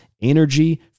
energy